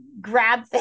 grab